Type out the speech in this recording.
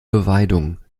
beweidung